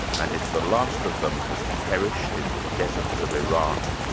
and if the last of them has perished in the deserts of iraq,